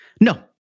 no